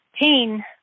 pain